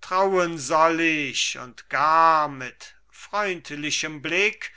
trauen soll ich und gar mit freundlichem blick